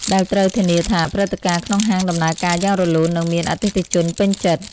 ដែលត្រូវធានាថាព្រឹត្តិការណ៍ក្នុងហាងដំណើរការយ៉ាងរលូន និងមានអតិថិជនពេញចិត្ត។